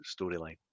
storyline